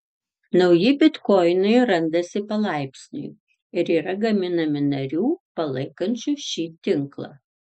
nauji bitkoinai randasi palaipsniui ir yra gaminami narių palaikančių šį tinklą